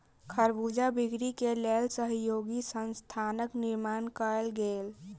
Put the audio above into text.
खरबूजा बिक्री के लेल सहयोगी संस्थानक निर्माण कयल गेल